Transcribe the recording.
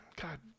god